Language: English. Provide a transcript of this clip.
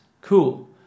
Cool